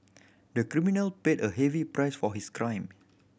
the criminal paid a heavy price for his crime